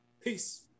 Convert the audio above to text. Peace